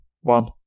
one